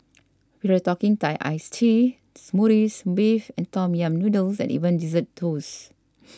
we're talking Thai Iced Teas Smoothies Beef and Tom Yam Noodles and even Dessert Toasts